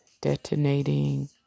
detonating